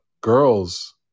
girls